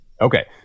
Okay